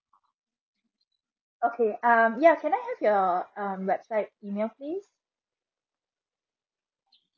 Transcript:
okay um can I have your um website email please